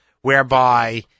whereby –